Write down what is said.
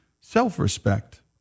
self-respect